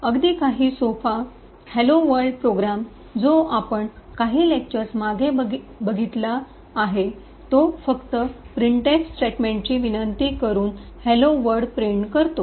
अगदी काही सोपा हॅलो वर्ल्ड प्रोग्राम जो आपण काही लेक्चर्स मागे लिहिला आहे जो फक्त प्रिंटएफ स्टेटमेंटची विनंती करुन "हॅलो वर्ल्ड" प्रिंट करतो